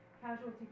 casualty